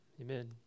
Amen